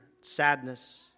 sadness